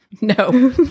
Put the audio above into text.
No